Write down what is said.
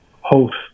host